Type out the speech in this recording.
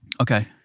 Okay